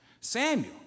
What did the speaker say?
Samuel